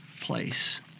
place